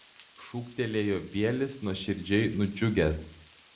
šūktelėjo bielis nuoširdžiai nudžiugęs